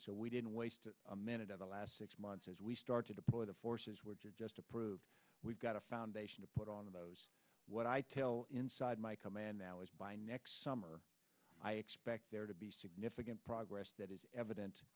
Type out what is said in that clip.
so we didn't waste a minute of the last six months as we start to deploy the forces were just approved we've got a foundation to put on those what i tell inside my command now is by next summer i expect there to be significant progress that is evident